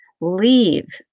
leave